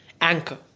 Anchor